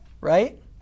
Right